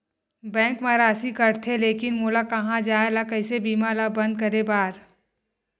Bank मा राशि कटथे लेकिन मोला कहां जाय ला कइसे बीमा ला बंद करे बार?